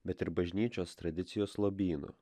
bet ir bažnyčios tradicijos lobynu